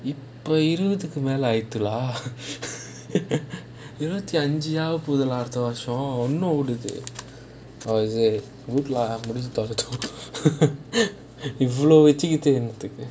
இப்போ இராவது மேல ஆயிடுச்சி:ippo iravathu mela aayiduchi lah இருவதி அஞ்சி ஆனபோது:iruvathi anji aanaapothu lah oh is it அடுத்த வருஷம்:adutha varusham வீட்டுல முடிஞ்சி தொலையட்டும் இவ்ளோ வெச்சிட்டு என்னத்துக்கு:veetula mudinji tholaiyatum ivlo vechittu ennathukku